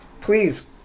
Please